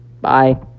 Bye